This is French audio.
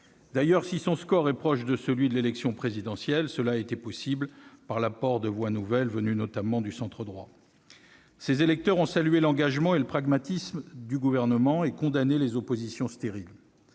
D'ailleurs, si son score a été proche de celui de l'élection présidentielle, c'est grâce à l'apport de voix nouvelles, venues notamment du centre droit. Ces électeurs ont salué l'engagement et le pragmatisme du Gouvernement et condamné les oppositions stériles.